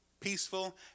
peaceful